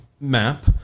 map